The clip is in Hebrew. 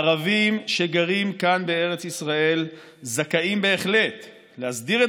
הערבים שגרים כאן בארץ ישראל זכאים בהחלט להסדיר את